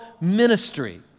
ministry